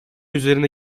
üzerine